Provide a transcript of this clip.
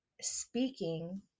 speaking